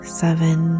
seven